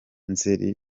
nzeri